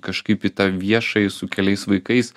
kažkaip į tą viešąjį su keliais vaikais